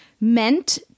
meant